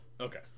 Okay